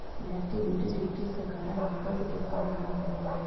liquidity के कारण नगद के कमी न होवऽ हई